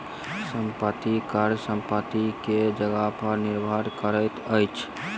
संपत्ति कर संपत्ति के जगह पर निर्भर करैत अछि